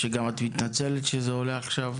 ואת גם מתנצלת על כך שזה עולה עכשיו.